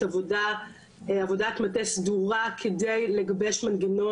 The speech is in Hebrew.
כדי לגבש מנגנון של גביית הוצאות הרחקה מהפיקדון.